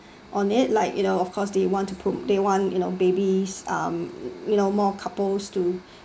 on it like you know of course they want to pro~ they want you know babies um you know more couples to